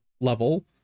level